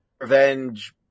revenge